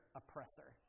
oppressor